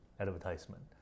advertisement